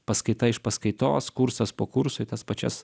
paskaita iš paskaitos kursas po kurso į tas pačias